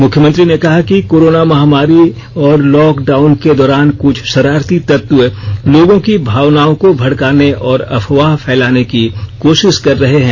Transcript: मुख्यमंत्री ने कहा कि कोरोना महामारी और लॉक डाउन के दौरान कुछ शरारती तत्व लोगों की भावनाओं को भड़काने और अफवाह फैलाने की कोशिश कर रहे हैं